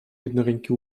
jednoręki